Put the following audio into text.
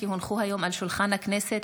כי הונחו היום על שולחן הכנסת,